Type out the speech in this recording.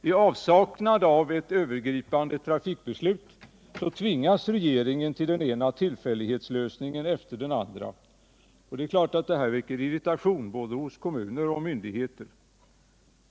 I avsaknad av ett övergripande trafikbeslut tvingas regeringen till den ena tillfällighetslösningen efter den andra, och det är klart att detta väcker irritation, hos både kommuner och myndigheter.